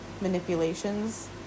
manipulations